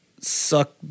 Suck